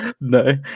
No